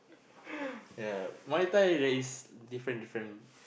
ya Muay-Thai there is different different